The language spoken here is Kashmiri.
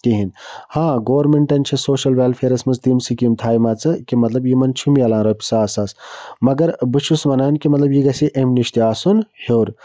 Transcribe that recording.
کِہیٖنۍ ہاں گورمٮ۪نٛٹَن چھِ سوشَل وٮ۪لفیرَس مَنٛز تِم سِکیٖم تھایمَژٕ کہِ مَطلَب یِمَن چھُ مِلان رۄپیہِ ساس ساس مَگر بہٕ چھُس وَنان کہِ مَطلَب یہِ گژھِ ہے اَمہِ نِش تہِ آسُن ہیوٚر